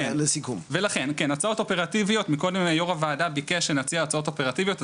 יו"ר הוועדה ביקש שנציע הצעות אופרטיביות,